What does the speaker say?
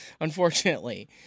unfortunately